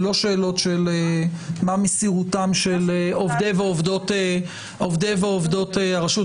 זה לא שאלות מה מסירותם של עובדות ועובדי הרשות.